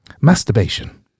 masturbation